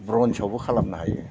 ब्रन्सआवबो खालामनो हायो